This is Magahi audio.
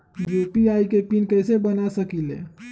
यू.पी.आई के पिन कैसे बना सकीले?